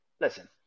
Listen